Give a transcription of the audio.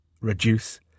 reduce